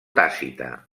tàcita